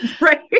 right